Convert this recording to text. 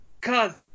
Cause